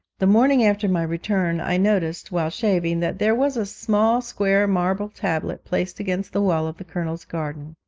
the morning after my return i noticed, while shaving, that there was a small square marble tablet placed against the wall of the colonel's garden.